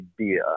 idea